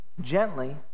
gently